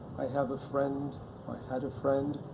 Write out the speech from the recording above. i have a friend i had a friend,